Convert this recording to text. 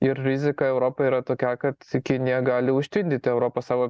ir rizika europai yra tokia kad kinija gali užtvindyti europą savo